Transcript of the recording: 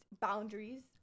boundaries